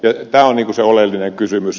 tämä on se oleellinen kysymys